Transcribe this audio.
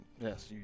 Yes